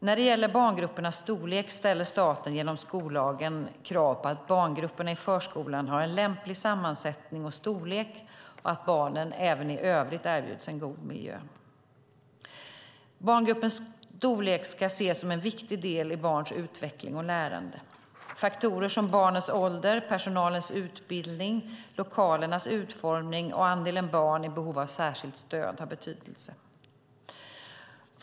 När det gäller barngruppernas storlek ställer staten genom skollagen krav på att barngrupperna i förskolan har en lämplig sammansättning och storlek och att barnen även i övrigt erbjuds en god miljö. Barngruppens storlek ska ses som en viktig del i barns utveckling och lärande. Faktorer som barnens ålder, personalens utbildning, lokalernas utformning och andelen barn i behov av särskilt stöd har betydelse.